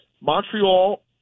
Montreal